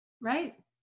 Right